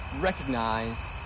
recognize